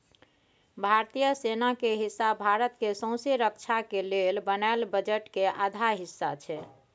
भारतीय सेना के हिस्सा भारत के सौँसे रक्षा के लेल बनायल बजट के आधा हिस्सा छै